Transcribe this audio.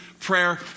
prayer